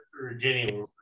Virginia